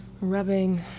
rubbing